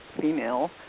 female